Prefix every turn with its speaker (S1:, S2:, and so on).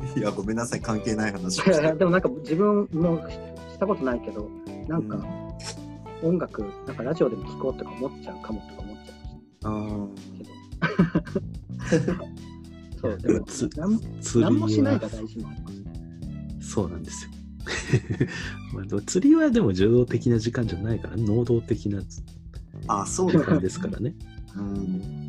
S1: いや、ごめんなさい。関係ない話をして。
S2: いやいや、でもなんか自分もしたことないけど、なんか
S1: うん。
S2: 音楽、なんかラジオでも聞こうとか思っちゃうかもとか思っちゃうけど。
S1: あー。
S2: そう、でも、
S1: つ-
S2: なん-
S1: 釣りは-
S2: 何もしないが大事もありますね。
S1: そうなんですよ。 まあ、でも釣りはでも受動的な時間じゃないから、能動的なつ-
S2: あ、そうなんだ。
S1: 時間ですからね。 うん。